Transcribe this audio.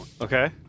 Okay